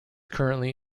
currently